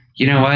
you know what?